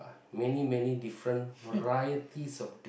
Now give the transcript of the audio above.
many many different varieties of